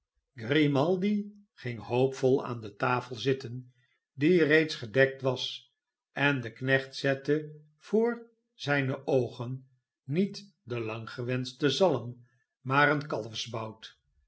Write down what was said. grimaldi ging hoopvol aan de tafel zitten die reeds gedekt was en de knecht zette voor zijne oogen niet de jang gewenschte zalm maar een